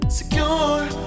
secure